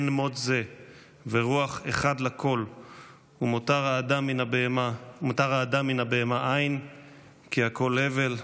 מות זה ורוח אחד לכל ומותר האדם מן הבהמה אין כי הכל הבל",